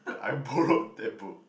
that I borrowed that book